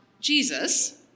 Jesus